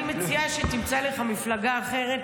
אני מציעה שתמצא לך מפלגה אחרת,